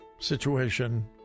Situation